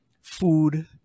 food